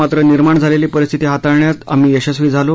मात्र निर्माण झालेली परिस्थिती हाताळण्यात आम्ही यशस्वी झालो